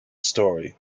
history